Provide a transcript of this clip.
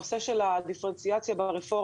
לגבי הנושא של דיפרנציאציה ברפורמה,